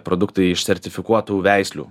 produktai iš sertifikuotų veislių